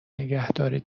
نگهداری